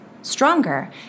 Stronger